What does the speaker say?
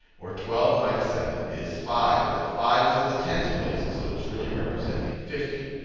or twelve minus seven is five. but that five is in the tens place, so it's really representing fifty.